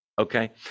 okay